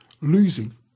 losing